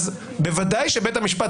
בוודאי שבית המשפט,